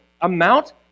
amount